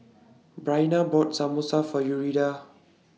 Briana bought Samosa For Yuridia